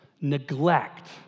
neglect